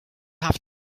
have